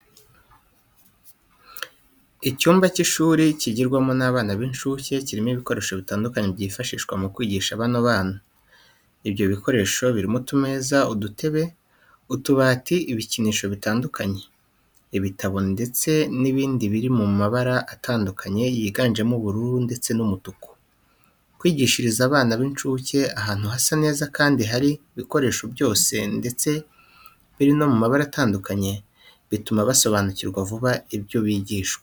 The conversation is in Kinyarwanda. Icyumba cy'ishuri kigirwamo n'abana b'incuke, kirimo ibikoresho bitandukanye byifashishwa mu kwigisha bano bana. Ibyo bikoresho birimo utumeza, udutebe, utubati ibikinisho bitandukanye, ibitabo ndetse n'ibindi biri mu mabara atandukanye yiganjemo ubururu ndetse n'umutuku. Kwigishiriza bana b'incuke ahantu hasa neza kandi hari ibikoresho byose ndetse biri no mu mabara atandukanye, bituma basobanukirwa vuba ibyo bigishwa.